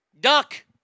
Duck